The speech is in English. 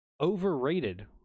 overrated